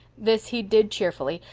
this he did cheerfully,